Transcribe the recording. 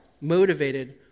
motivated